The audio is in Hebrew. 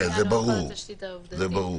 אם הבנתי נכון, כשלמעשה הבן אדם מאושפז.